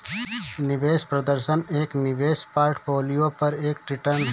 निवेश प्रदर्शन एक निवेश पोर्टफोलियो पर एक रिटर्न है